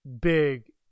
big